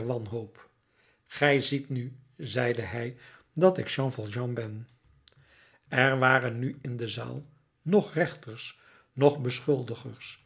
wanhoop gij ziet nu zeide hij dat ik jean valjean ben er waren nu in de zaal noch rechters noch beschuldigers